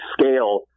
scale